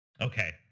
Okay